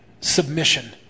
submission